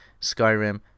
Skyrim